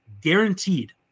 guaranteed